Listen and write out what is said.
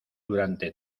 durante